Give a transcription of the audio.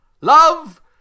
Love